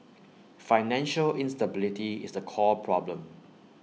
financial instability is the core problem